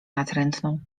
natrętną